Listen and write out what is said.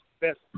best